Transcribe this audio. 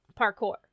Parkour